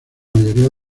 mayoría